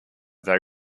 they